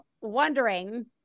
wondering